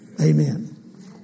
Amen